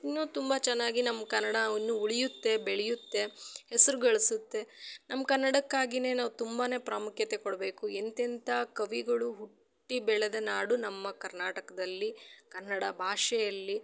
ಇನ್ನು ತುಂಬ ಚೆನ್ನಾಗಿ ನಮ್ಮ ಕನ್ನಡ ಇನ್ನು ಉಳಿಯುತ್ತೆ ಬೆಳೆಯುತ್ತೆ ಹೆಸ್ರು ಗಳಿಸುತ್ತೆ ನಮ್ಮ ಕನ್ನಡಕ್ಕಾಗಿ ನಾವು ತುಂಬಾ ಪ್ರಾಮುಖ್ಯತೆ ಕೊಡಬೇಕು ಎಂಥೆಂತ ಕವಿಗಳು ಹುಟ್ಟಿ ಬೆಳೆದ ನಾಡು ನಮ್ಮ ಕರ್ನಾಟಕದಲ್ಲಿ ಕನ್ನಡ ಭಾಷೆಯಲ್ಲಿ